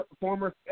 former